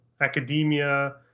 Academia